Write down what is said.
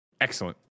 excellent